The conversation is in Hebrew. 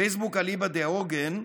פייסבוק, אליבא דהאוגן,